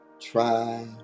try